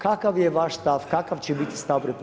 Kakav je vaš stav, kakav će biti stav RH?